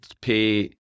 pay